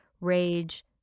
rage